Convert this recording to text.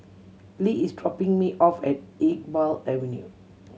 Le is dropping me off at Iqbal Avenue